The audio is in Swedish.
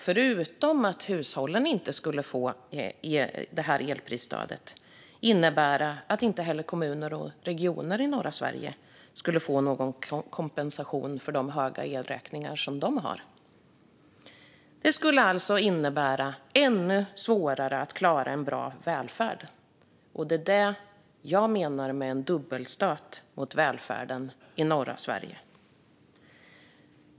Förutom att hushållen inte skulle få elprisstödet skulle inte heller kommuner och regioner i norra Sverige få någon kompensation för de höga elräkningar de har. Det skulle alltså innebära att kommuner och regioner får ännu svårare att klara av att ge en bra välfärd, och det är det jag menar med att detta är en dubbelstöt mot välfärden i norra Sverige.